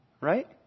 right